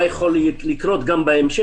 מה יכול לקרות גם בהמשך.